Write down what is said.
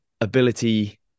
ability